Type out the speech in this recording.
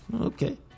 okay